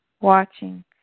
Watching